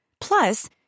Plus